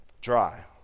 dry